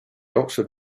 oxford